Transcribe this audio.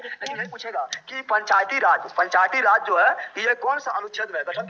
cultivator से फसल के निराई गुडाई कैल जा हई